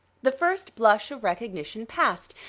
the first blush of recognition passed,